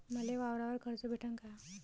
मले वावरावर कर्ज भेटन का?